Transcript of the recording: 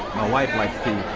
wife likes tea